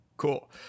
Cool